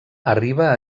arriba